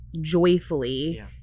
joyfully